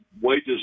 wages